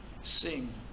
sing